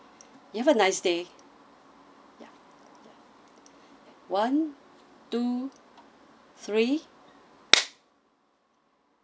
you have a nice day one two three